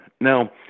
Now